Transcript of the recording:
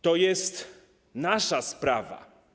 To jest nasza sprawa.